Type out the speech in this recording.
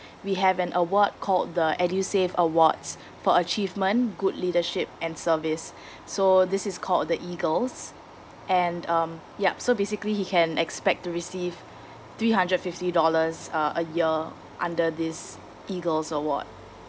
we have an award called the edusave awards for achievement good leadership and service so this is called the EAGLES and um yup so basically he can expect to receive three hundred fifty dollars uh a year under this EAGLES award